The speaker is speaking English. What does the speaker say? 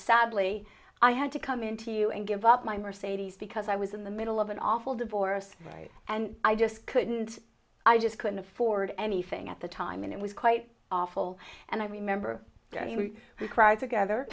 sadly i had to come in to you and give up my mercedes because i was in the middle of an awful divorce right and i just couldn't i just couldn't afford anything at the time and it was quite awful and i remember we cried together